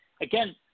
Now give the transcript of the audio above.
again